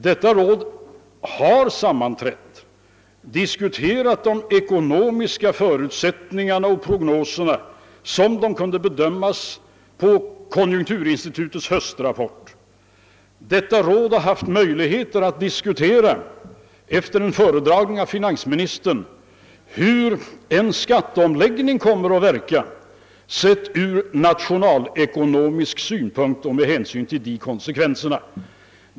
Detta råd har sammanträtt, diskuterat de ekonomiska förutsättningarna och prognoserna som de kunde bedömas på grundval av konjunkturinstitutets höstrapport, och detta råd har haft möjligheter att efter en föredragning av finansministern diskutera en skatteomläggnings verkningar sedda ur nationalekonomisk synpunkt.